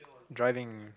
driving